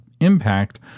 impact